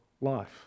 life